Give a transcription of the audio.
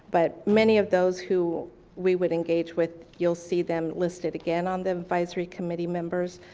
but many of those who we would engage with you'll see them listed again on the advisory committee members.